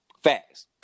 Facts